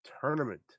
tournament